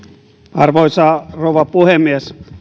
arvoisa rouva puhemies